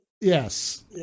Yes